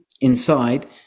inside